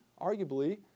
arguably